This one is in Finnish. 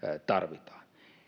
tarvitaan